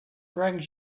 brings